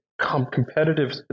competitive